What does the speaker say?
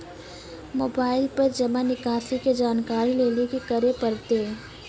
Mobile पर जमा निकासी के जानकरी लेली की करे परतै?